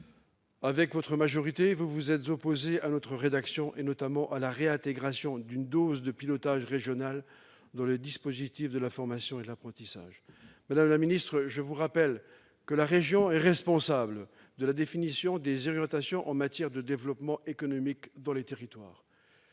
Avec votre majorité, vous vous êtes toutefois opposée à notre rédaction, notamment à la réintégration d'une dose de pilotage régional dans le dispositif de la formation et de l'apprentissage. Madame la ministre, je vous rappelle que la région est responsable de la définition des orientations en matière de développement économique dans les territoires.